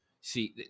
See